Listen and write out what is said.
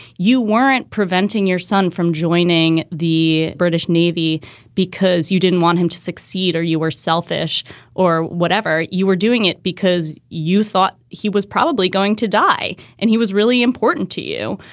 you weren't preventing your son from joining the british navy because you didn't want him to succeed or you were selfish or whatever, you were doing it because you thought he was probably going to die and he was really important to you.